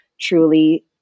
truly